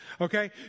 okay